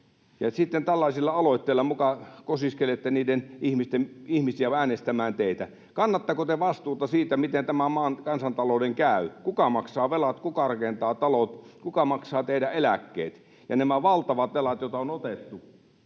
Sitten tällaisilla aloitteilla muka kosiskelette ihmisiä äänestämään teitä. Kannatteko te vastuuta siitä, miten tämän maan kansantalouden käy? Kuka maksaa velat, kuka rakentaa talot, kuka maksaa teidän eläkkeenne ja nämä valtavat velat, joita on otettu?